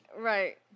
Right